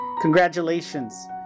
Congratulations